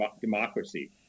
Democracy